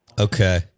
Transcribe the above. Okay